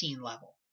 level